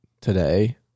today